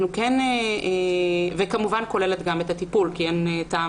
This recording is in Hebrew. היא כמובן כוללת גם את הטיפול כי אין טעם